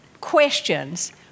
questions